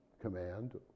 command